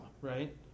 right